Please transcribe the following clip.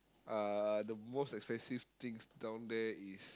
uh the most expensive things down there is